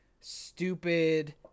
stupid